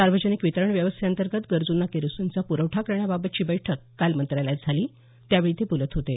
सार्वजनिक वितरण व्यवस्थेअंतर्गत गरजूंना केरोसिनचा प्रवठा करण्याबाबतची बैठक काल मंत्रालयात झाली त्यावेळी ते बोलत होते